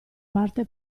parte